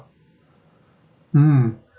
mm